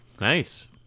Nice